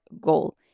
goal